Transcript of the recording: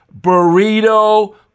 Burrito